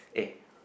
eh